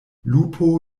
lupo